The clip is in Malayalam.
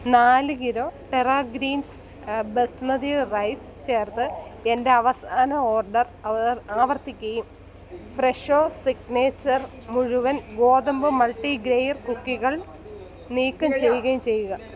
നാല് kilo Terra Greens basmati rice ചേർത്ത് എന്റെ അവസാന ഓർഡർ ആവർത്തിക്കുകയും ഫ്രെഷോ സിഗ്നേച്ചർ മുഴുവൻ ഗോതമ്പ് മൾട്ടിഗ്രെയിർ കുക്കികൾ നീക്കം ചെയ്യുകയും ചെയ്യുക